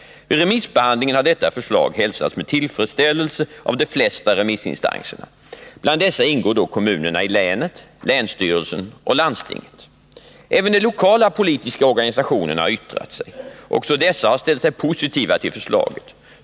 Vid remissbehandlingen har detta förslag hälsats med tillfredsställelse av de flesta remissinstanserna. Bland dessa ingår då kommunerna i länet, länsstyrelsen och landstinget. Även de lokala politiska organisationerna har yttrat sig. Också dessa har ställt sig positiva till förslaget.